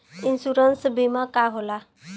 Insurance बीमा का होला?